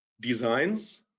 designs